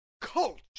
Culture